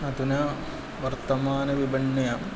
अधुना वर्तमानविपण्या